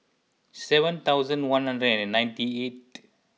seven thousand one hundred and ninety eighth